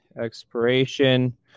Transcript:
Expiration